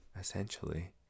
essentially